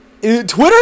Twitter